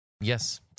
Yes